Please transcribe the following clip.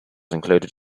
included